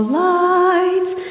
lights